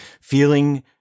feeling